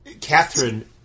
Catherine